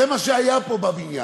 זה מה שהיה פה בבניין.